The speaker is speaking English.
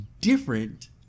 different